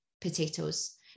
potatoes